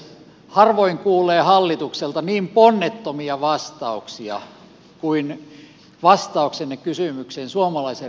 harvoin kuulee hallitukselta niin ponnettomia vastauksia kuin vastauksenne kysymykseen suomalaisen ruuan tulevaisuudesta